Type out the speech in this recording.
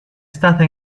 stata